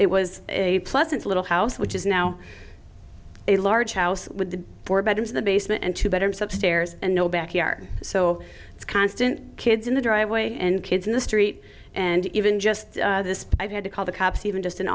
it was a pleasant little house which is now a large house with four bedrooms in the basement and two bedrooms upstairs and no backyard so it's constant kids in the driveway and kids in the street and even just this but i've had to call the cops even just in